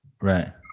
right